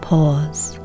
Pause